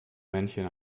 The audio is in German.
männchen